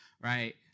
right